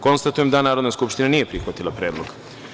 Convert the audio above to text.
Konstatujem da Narodna skupština nije prihvatila ovaj predlog.